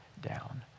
down